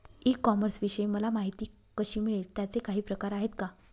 E कॉमर्सविषयी मला माहिती कशी मिळेल? त्याचे काही प्रकार आहेत का?